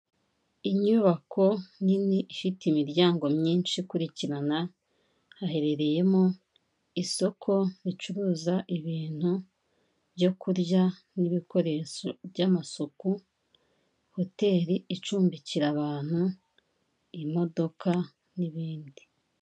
Inyubako nini ifite imiryango myinshi ikurikirana, haherereyemo isoko ricuruza ibintu byo kurya n'ibikoresho by'amasuku, hotel icumbikira abantu, imodoka n'ibindi.